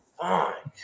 fine